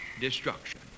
destruction